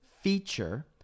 feature